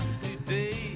today